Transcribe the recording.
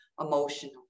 emotional